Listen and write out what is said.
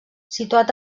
situat